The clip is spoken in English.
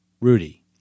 Rudy